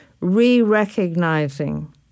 re-recognizing